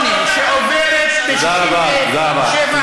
הנכבה של 48', שעוברת ל-67' בכיבוש,